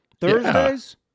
Thursdays